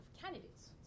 candidates